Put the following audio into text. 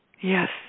Yes